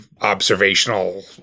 Observational